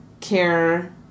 care